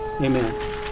Amen